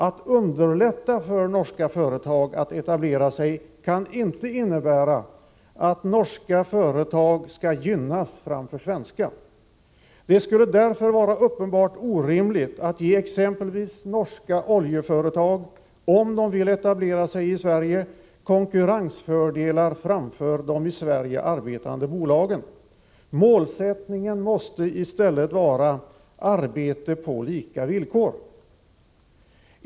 Att ”underlätta” för norska företag att etablera sig kan inte innebära att norska företag skall gynnas framför svenska. Det skulle därför vara uppenbart orimligt att ge exempelvis norska oljeföretag, om de vill etablera sig i Sverige, konkurrensfördelar framför de i Sverige arbetande bolagen. Målsättningen måste i stället vara arbete på lika villkor.